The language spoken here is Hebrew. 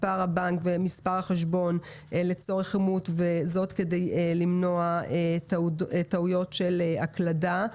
מספר הבנק ומספר החשבון לצורך אימות וזאת כדי למנוע טעויות של הקלדה.